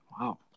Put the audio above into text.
wow